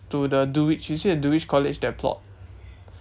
to the dulwich you see the dulwich college that plot